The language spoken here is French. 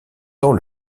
temps